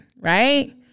Right